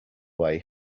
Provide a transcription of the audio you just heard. way